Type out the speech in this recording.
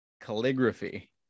calligraphy